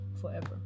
forever